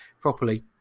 properly